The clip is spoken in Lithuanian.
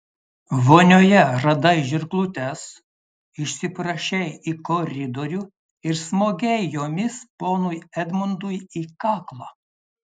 vonioje radai žirklutes išsiprašei į koridorių ir smogei jomis ponui edmundui į kaklą